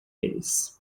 eles